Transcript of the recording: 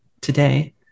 today